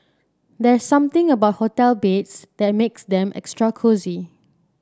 there's something about hotel beds that makes them extra cosy